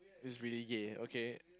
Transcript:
it's really gay okay